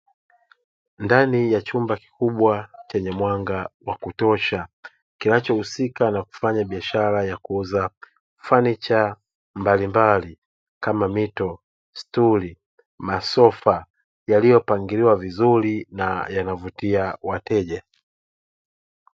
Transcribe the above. Ndani ya chumba kikubwa chenye mwanga wa kutosha kinachohusika na kufanya biashara ya kuuza fanicha mbalimbali kama mito stuli masofa yaliyopangiliwa vizuri na yanavutia wateja